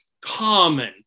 common